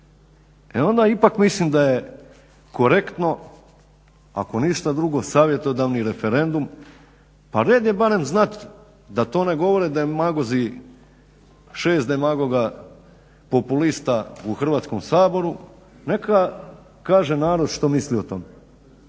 e onda ipak mislim da je korektno ako ništa drugo savjetodavni referendum a red je barem znati da to ne govori da … 6 demagoga populista u Hrvatskom saboru, neka kaže narod što misli o tome.